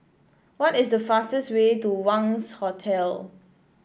what is the fastest way to Wangz Hotel